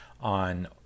on